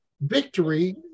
victory